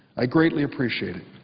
i greatly appreciate it.